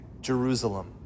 Jerusalem